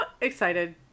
excited